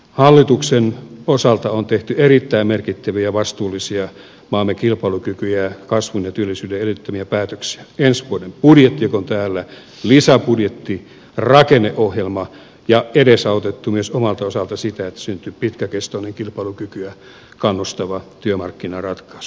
hallituksen osalta on tehty erittäin merkittäviä vastuullisia maamme kilpailukyvyn kasvun ja työllisyyden edellyttämiä päätöksiä ensi vuoden budjetti joka on täällä lisäbudjetti rakenneohjelma ja edesautettu myös omalta osaltamme sitä että syntyy pitkäkestoinen kilpailukykyä kannustava työmarkkinaratkaisu